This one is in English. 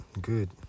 good